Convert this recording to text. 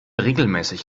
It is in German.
regelmäßig